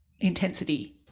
intensity